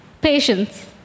Patience